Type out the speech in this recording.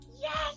yes